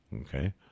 Okay